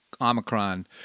omicron